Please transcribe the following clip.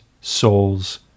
souls